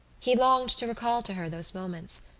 he longed to recall to her those moments,